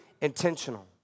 intentional